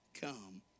come